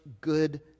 good